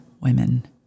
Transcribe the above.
women